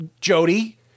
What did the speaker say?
Jody